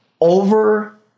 over